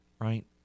Right